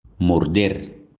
morder